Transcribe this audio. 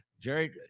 jerry